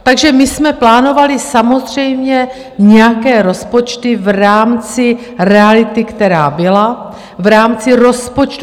Takže my jsme plánovali samozřejmě nějaké rozpočty v rámci reality, která byla, v rámci rozpočtu.